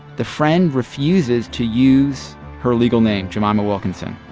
the friend refuses to use her legal name, jemima wilkinson.